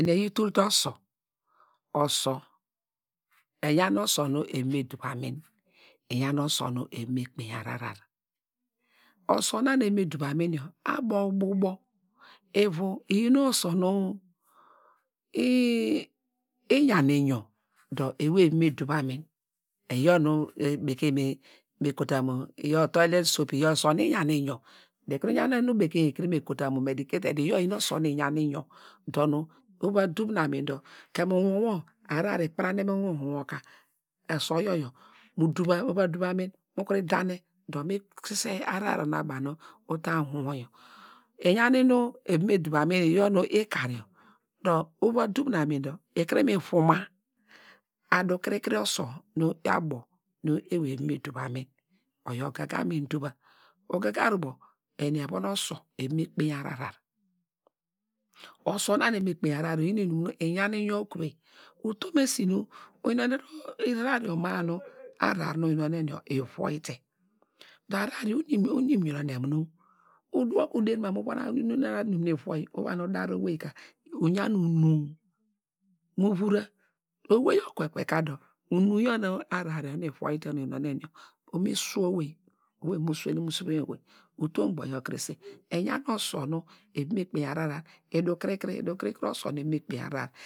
Eni eyi tul te osor, osor, eyan osor nu eva me duv anun, eyan osor nu eva me kpainy ahrar, osor nor na nu eva me duv amin yor abo ubo ubo, ivu eyin osor nu eyan iyon, iyor bekeiny me kotua mu medicated soap, iyor iyin osor nu eyan inyor dor nu uva duv nu anun dor kem uwon wor ahrar ikpranen ka misise ukuru mu danne, iyanu inu eva me duv amin, iyor nu ikar` yor ikuru ni vuma, adu kiri osor nu na abo nu ewey eva me duv amin, oyor ugaga anun duva, ugaga rubo eni evun osor eva me kpeiny ahrar iyi nu nu ahrar yor ivuyite dor ahrar yor unim yunone munu utom okunu uderi munu ahrar yor ivuyite wor ka uderi mamu uyinonen inum nu ivuwyite uva dar` owei dor mu vur`a, owey yor okwekwe ka da inu yor nu ahrar ivuwyite yor ni su owey, utom uboyor krese inyan osor nu eva me kpainy ahrar